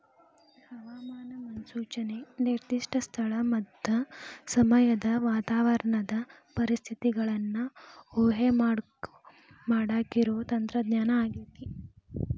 ಹವಾಮಾನ ಮುನ್ಸೂಚನೆ ನಿರ್ದಿಷ್ಟ ಸ್ಥಳ ಮತ್ತ ಸಮಯದ ವಾತಾವರಣದ ಪರಿಸ್ಥಿತಿಗಳನ್ನ ಊಹೆಮಾಡಾಕಿರೋ ತಂತ್ರಜ್ಞಾನ ಆಗೇತಿ